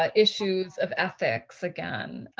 um issues of ethics again.